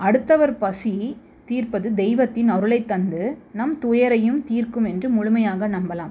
அடுத்தவர் பசி தீர்ப்பது தெய்வத்தின் அருளை தந்து நம் துயரையும் தீர்க்கும் என்று முழுமையாக நம்பலாம்